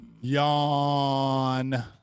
Yawn